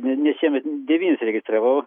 ne nes šiemet devynis registravau